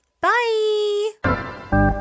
bye